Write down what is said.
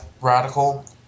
radical